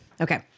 Okay